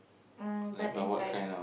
um but inspiring